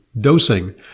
dosing